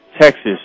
Texas